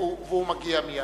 והוא מגיע מייד.